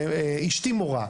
אשתי מורה,